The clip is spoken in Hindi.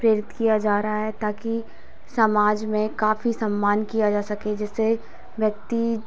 प्रेरित किया जा रहा है ताकि समाज में काफ़ी सम्मान किया जा सके जिससे व्यक्ति